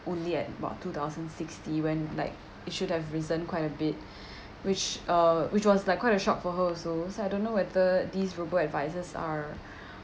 only at about two thousand sixty when like it should have risen quite a bit which uh which was like quite a shock for her also so I don't know whether these robo advisors are